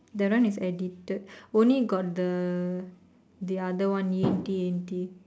that one is edited only got the the other one yenti yenti